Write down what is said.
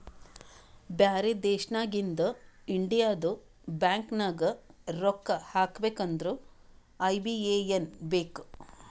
ಬ್ಯಾರೆ ದೇಶನಾಗಿಂದ್ ಇಂಡಿಯದು ಬ್ಯಾಂಕ್ ನಾಗ್ ರೊಕ್ಕಾ ಹಾಕಬೇಕ್ ಅಂದುರ್ ಐ.ಬಿ.ಎ.ಎನ್ ಬೇಕ್